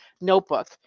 notebook